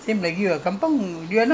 we don't mix also